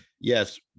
Yes